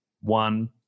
one